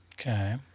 Okay